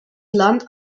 land